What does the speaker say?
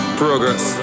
progress